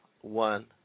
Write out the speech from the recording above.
one